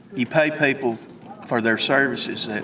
you pay people for their services,